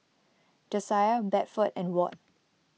Jasiah Bedford and Ward